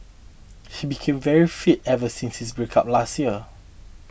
he became very fit ever since his breakup last year